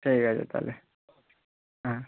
ঠিক আছে তাহলে হ্যাঁ